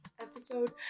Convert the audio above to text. episode